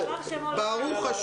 ישתבח שמו לעד.